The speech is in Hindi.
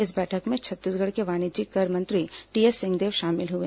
इस बैठक में छत्तीसगढ़ के वाणिज्यिक कर मंत्री टीएस सिंहदेव शामिल हुए